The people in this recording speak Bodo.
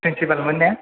फ्रेन्सिपाल मोन ना